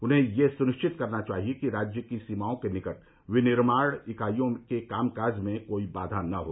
उन्हें यह सुनिश्चित करना चाहिए कि राज्य की सीमाओं के निकट विनिर्माण इकाइयों के कामकाज में कोई बाधा न हो